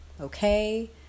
okay